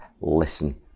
listen